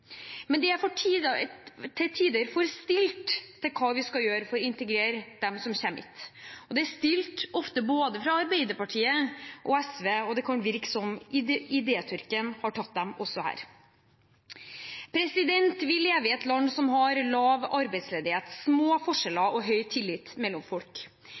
Men det er til tider for stille om hva vi skal gjøre for å integrere dem som kommer, og det er ofte stille både fra Arbeiderpartiet og Sosialistisk Venstreparti, og det kan virke som om idétørken har tatt dem også her. Vi lever i et land som har lav arbeidsledighet, små forskjeller og høy tillit mellom folk.